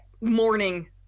morning